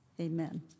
Amen